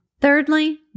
Thirdly